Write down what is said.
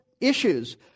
issues